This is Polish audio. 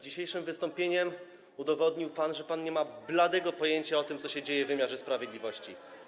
Dzisiejszym wystąpieniem udowodnił pan, że pan nie ma bladego pojęcia o tym, co się dzieje w wymiarze sprawiedliwości.